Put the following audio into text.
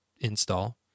install